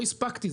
לא הספקתי,